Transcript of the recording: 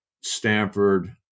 Stanford